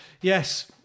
yes